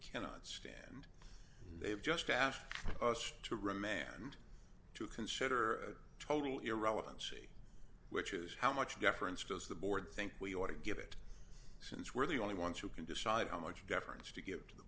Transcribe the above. cannot stand they have just asked us to remand to consider total irrelevancy which is how much deference does the board think we ought to give it since we're the only ones who can decide how much deference to give to the